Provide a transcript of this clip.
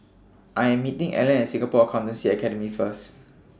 I Am meeting Allen At Singapore Accountancy Academy First